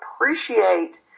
appreciate